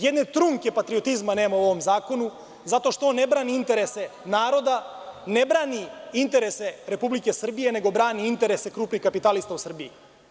Jedne trunke patriotizma nema u ovom zakonu zato što on ne brani interese naroda, ne brani interese Republike Srbije nego brani interese krupnih kapitalista u Srbiji.